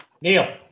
Neil